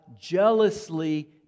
jealously